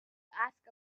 ask